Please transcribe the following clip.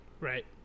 right